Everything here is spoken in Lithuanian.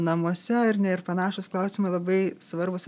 namuose ar ne ir panašūs klausimai labai svarbūs